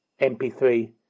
MP3